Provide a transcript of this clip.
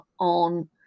on